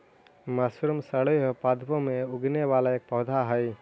mushroom सड़े हुए पादपों में उगने वाला एक पौधा हई